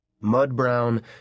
Mud-brown